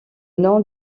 nom